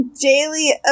daily